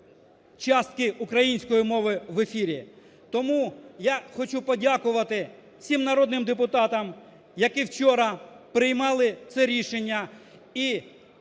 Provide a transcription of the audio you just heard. частки української мови в ефірі. Тому я хочу подякувати всім народним депутатам, які вчора приймали це рішення.